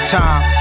time